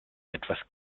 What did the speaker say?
etwas